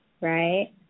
right